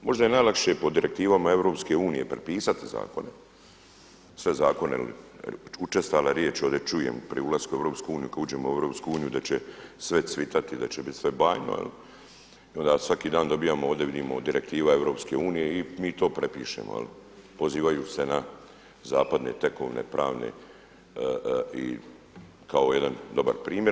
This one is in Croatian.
Možda je najlakše po direktivama EU prepisati zakone, sve zakone jer učestala riječ ovdje čujem pri ulasku u EU kada uđemo u EU da će sve cvitati da će biti sve bajno i onda svaki dan dobivamo ovdje vidimo direktiva EU i mi to prepišemo pozivajući se na zapadne tekovine pravne i kao jedan dobar primjer.